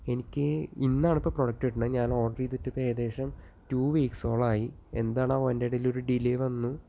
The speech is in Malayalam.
എനിക്ക് ഇന്നാണ് ഇപ്പോൾ പ്രൊഡക്റ്റ് കിട്ടുന്നത് ഞാൻ ഓർഡർ ചെയ്തിട്ട് ഇപ്പോൾ ഏകദേശം ടു വീക്സോളമായി എന്താണാവോ അതിൻറ്റെ ഇടയിലൊരു ഡിലേ വന്നു